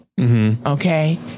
Okay